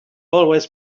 always